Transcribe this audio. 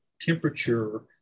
temperature